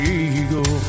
eagle